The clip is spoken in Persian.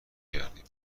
کردیم